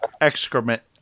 excrement